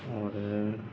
और